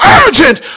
urgent